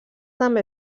també